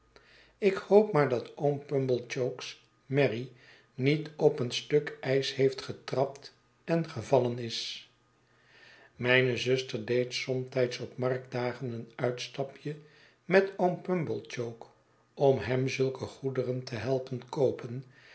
ik hoop maar dat oom pumblechook's merrie niet op een stuk ijs heeft getrapt en gevallen is mijne zuster deed somtijds op marktdagen een uitstapje met oom pumblechook om hem zulke goederen te helpen koopen